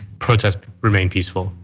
protests remain peaceful.